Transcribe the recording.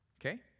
Okay